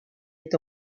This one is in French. est